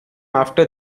after